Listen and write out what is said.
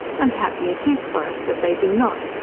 and happy it is for us that they do not,